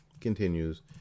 continues